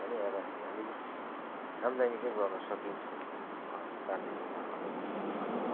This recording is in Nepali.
पनि अब हामीले अलिअलि आम्दानी चाहिँ गर्न सक्छौँ घरमा पाल्ने जनावरबाट पनि